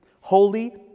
Holy